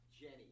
Jenny